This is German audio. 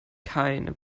keine